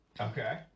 Okay